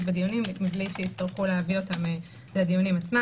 בדיונים מבלי שיצטרכו להביא אותם לדיונים עצמם.